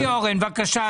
שוקי אורן, בבקשה.